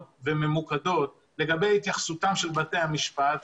וממוקדות לגבי התייחסותם של בתי המשפט,